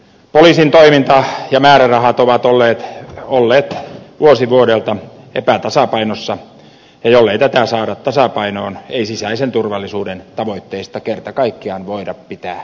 poliisin toiminta ja määrärahat ovat olleet vuosi vuodelta epätasapainossa ja jollei tätä saada tasapainoon ei sisäisen turvallisuuden tavoitteista kerta kaikkiaan voida pitää kiinni